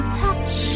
touch